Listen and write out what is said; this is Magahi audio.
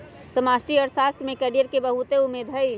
समष्टि अर्थशास्त्र में कैरियर के बहुते उम्मेद हइ